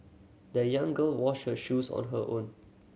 the young girl washed her shoes on her own